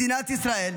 מדינת ישראל,